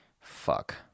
Fuck